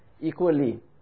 equally